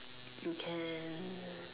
you can